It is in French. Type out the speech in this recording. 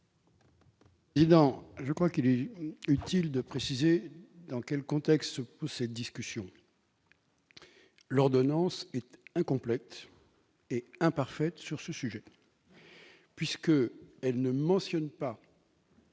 sens, il est utile de préciser dans quel contexte s'inscrit cette discussion. L'ordonnance est incomplète et imparfaite sur ce sujet, puisqu'elle ne mentionne pas